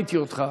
ראיתי אותך.